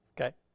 Okay